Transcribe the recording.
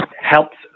helps